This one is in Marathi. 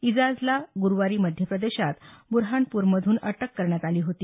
इजाजला गुरूवारी मध्यप्रदेशात बुरहानपूरमधून अटक करण्यात आली होती